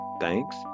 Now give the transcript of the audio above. Thanks